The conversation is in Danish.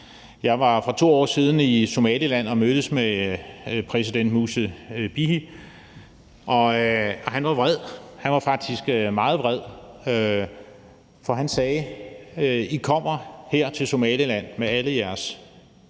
Jeg var for 2 år siden i Somaliland og mødtes med præsident Muse Bihi Abdi. Han var vred, han var faktisk meget vred, for han sagde: I kommer her til Somaliland med al jeres